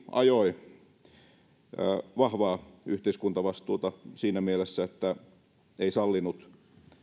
ajoi määrätietoisesti vahvaa yhteiskuntavastuuta siinä mielessä että ei sallinut